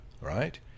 right